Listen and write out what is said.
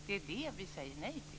Det är det vi säger nej till.